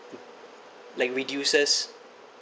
like reduces